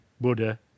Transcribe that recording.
Buddha